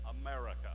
America